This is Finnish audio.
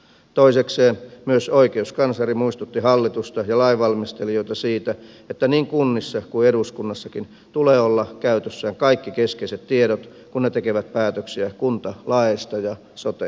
toisekseen myös oikeuskansleri muistutti hallitusta ja lainvalmistelijoita siitä että niin kunnissa kuin eduskunnassakin tulee olla käytössään kaikki keskeiset tiedot kun ne tekevät päätöksiä kuntalaeista ja sote ratkaisusta